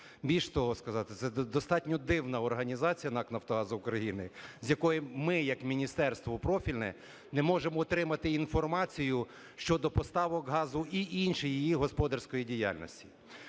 Більше того, це достатньо дивна організація, НАК "Нафтогаз України", з якої ми як міністерство профільне не можемо отримати інформацію щодо поставок газу і іншої її господарської діяльності.